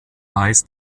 weiß